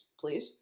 please